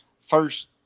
first